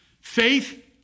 Faith